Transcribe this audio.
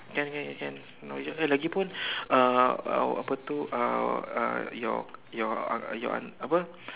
can can can can can now it's just eh lagipun uh uh apa itu uh uh your your un~ your aunt apa